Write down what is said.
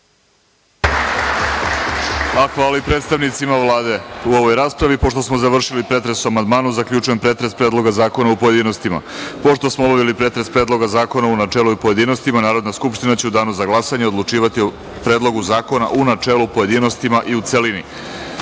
hvala i predstavnicima Vlade u ovoj raspravi. Pošto smo završili pretres o amandmanu, zaključujem pretres Predloga zakona u pojedinostima. Pošto smo obavili pretres Predloga zakona u načelu i u pojedinostima, Narodna skupština će u danu za glasanje odlučivati o Predlogu zakona u načelu, pojedinostima i u celini. Dame